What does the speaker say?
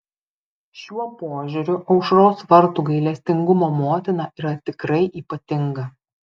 šiuo požiūriu aušros vartų gailestingumo motina yra tikrai ypatinga